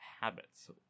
habits